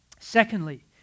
Secondly